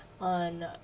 on